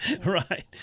right